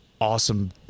awesome